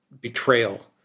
betrayal